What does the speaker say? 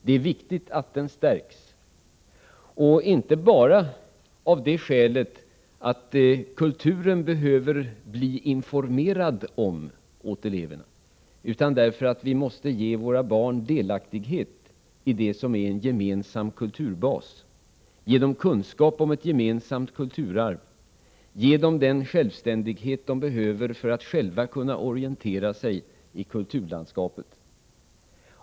Det är viktigt att den stärks, inte bara av det skälet att kulturen behöver bli ”informerad om” åt eleverna, utan också därför att vi måste ge våra barn delaktighet i det som är en gemensam kulturbas, kunskaper om ett gemensamt kulturarv och den självständighet som de behöver för att själva kunna orientera sig i kulturlandskapet.